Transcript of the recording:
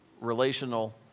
relational